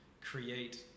create